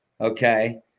Okay